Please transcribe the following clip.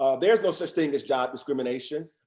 um there's no such thing as job discrimination.